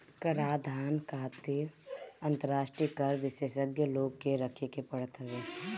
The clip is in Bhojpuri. कराधान खातिर अंतरराष्ट्रीय कर विशेषज्ञ लोग के रखे के पड़त हवे